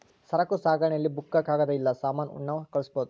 ಸರಕು ಸಾಗಣೆ ಅಲ್ಲಿ ಬುಕ್ಕ ಕಾಗದ ಇಲ್ಲ ಸಾಮಾನ ಉಣ್ಣವ್ ಕಳ್ಸ್ಬೊದು